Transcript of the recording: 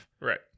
right